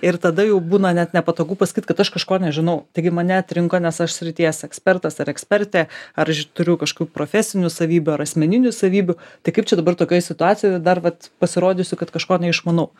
ir tada jau būna net nepatogu pasakyt kad aš kažko nežinau taigi mane atrinko nes aš srities ekspertas ar ekspertė ar až turiu kažkų profesinių savybių ar asmeninių savybių tai kaip čia dabar tokioj situacijoj dar vat pasirodysiu kad kažko neišmanau